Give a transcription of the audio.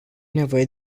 nevoie